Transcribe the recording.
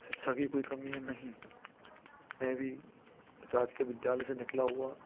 शिक्षा की कोई कमी है नहीं मैं भी राजकीय विद्यालय से निकला हुआ